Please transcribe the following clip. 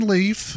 Leaf